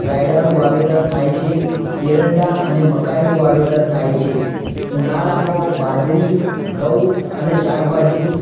રાયડાનું વાવેતર થાય છે એરંડા અને મકાઈનું વાવેતર થાય છે ઉનાળામાં બાજરી ઘઉં અને શાકભાજીનું